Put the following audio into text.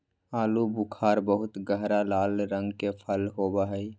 आलू बुखारा बहुत गहरा लाल रंग के फल होबा हई